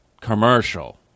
commercial